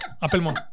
Appelle-moi